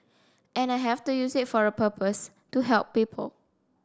and I have to use it for a purpose to help people